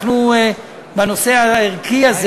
בנושא הערכי הזה,